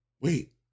wait